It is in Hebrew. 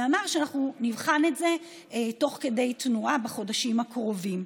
ואמר שאנחנו נבחן את זה תוך כדי תנועה בחודשים הקרובים.